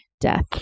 death